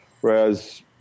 Whereas